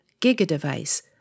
GigaDevice